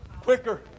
quicker